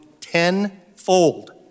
tenfold